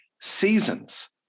seasons